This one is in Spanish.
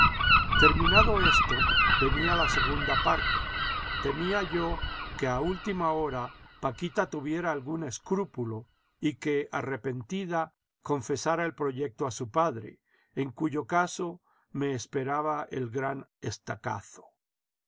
terminado esto venía la segunda parte temía yo que a última hora paquita tuviera algún escrúpulo y que arrepentida confesara el proyecto a su padre en cuyo caso me esperaba el gran estacazo